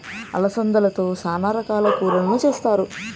అలసందలతో చానా రకాల కూరలను చేస్తారు